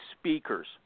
speakers